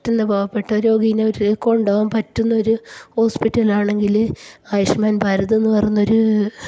പറ്റുന്ന പാവപ്പെട്ട രോഗിയെ അവർ കൊണ്ട് പോകാൻ പറ്റുന്ന ഒരു ഹോസ്പിറ്റലാണെങ്കിൽ ആയുഷ്മാൻ ഭാരതെന്ന് പറഞ്ഞൊരു